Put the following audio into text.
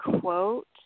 quote